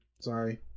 Sorry